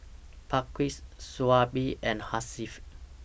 Balqis Shoaib and Hasif